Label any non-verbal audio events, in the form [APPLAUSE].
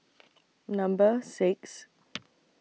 [NOISE] Number six [NOISE]